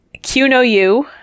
QNOU